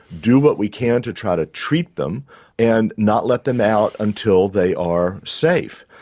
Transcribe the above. do what we can to try to treat them and not let them out and till they are safe.